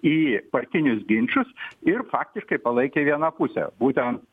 į partinius ginčus ir faktiškai palaikė vieną pusę būtent